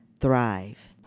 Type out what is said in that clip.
Thrive